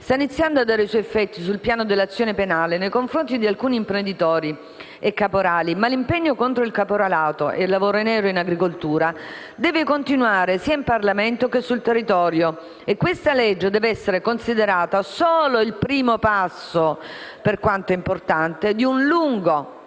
sta iniziando a dare i suoi effetti sul piano dell'azione penale nei confronti di alcuni imprenditori e caporali, ma l'impegno contro il caporalato e il lavoro nero in agricoltura deve continuare sia in Parlamento che sul territorio e questa legge deve essere considerata solo il primo passo, per quanto importante, di un lungo